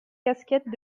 casquettes